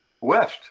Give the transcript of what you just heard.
west